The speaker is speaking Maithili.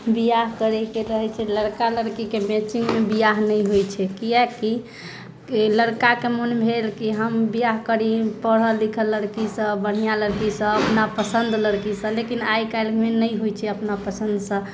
बिआह करैके रहैत छै लड़का लड़कीके मैचिङ्गमे बिआह नहि होइत छै किआकि लड़काके मन भेल कि हम बिआह करी पढ़ल लिखल लड़कीसँ बढ़िआँ लड़कीसँ अपना पसंद लड़कीसँ लेकिन आइ काल्हिमे नहि होइत छै अपना पसंदसँ